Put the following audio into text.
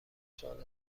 سوال